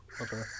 okay